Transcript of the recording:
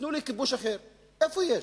תנו לי כיבוש אחר, איפה יש?